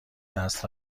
دست